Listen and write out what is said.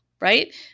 right